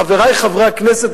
חברי חברי הכנסת,